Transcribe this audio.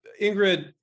ingrid